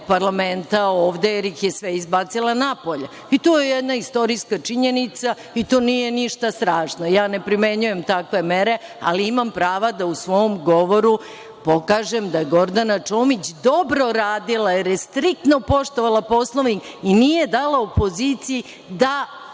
parlamenta ovde, jer ih je sve izbacila napolje i to je jedna istorijska činjenica i to nije ništa strašno. Ne primenjujem takve mere, ali imam prava da u svom govoru pokažem da je Gordana Čomić dobro radila, jer je striktno poštovala Poslovnik i nije dala opoziciji da